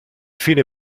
fine